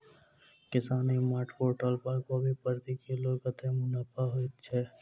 किसान e mart portal पर कोबी प्रति किलो कतै मुनाफा होइ छै?